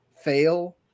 fail